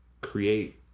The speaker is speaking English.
create